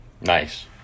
Nice